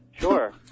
Sure